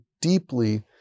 deeply